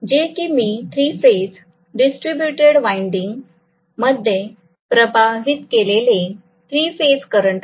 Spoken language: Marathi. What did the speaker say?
जे की मी थ्री फेज डिस्ट्रीब्यूटेड वाइंडिंग मध्ये प्रवाहित केलेले थ्री फेज करंट आहेत